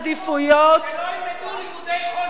העדיפויות, אבל ולא ילמדו לימודי חול בישיבות.